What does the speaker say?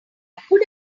could